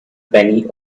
penny